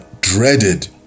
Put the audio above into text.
dreaded